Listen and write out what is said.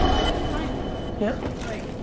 they declined me. yeah like